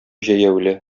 җәяүле